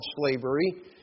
slavery